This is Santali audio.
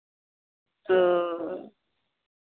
ᱚᱻ